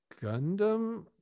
Gundam